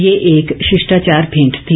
ये एक शिष्टाचार भेंट थी